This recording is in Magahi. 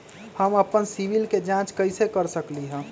हम अपन सिबिल के जाँच कइसे कर सकली ह?